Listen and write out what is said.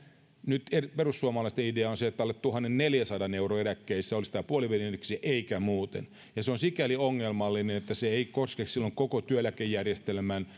nyt perussuomalaisten idea on se että alle tuhannenneljänsadan euron eläkkeissä olisi tämä puoliväli indeksi eikä muuten se on sikäli ongelmallinen että se ei koske silloin kaikkia työeläkejärjestelmän